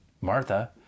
Martha